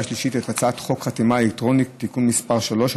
שלישית את הצעת חוק חתימה אלקטרונית (תיקון מס' 3),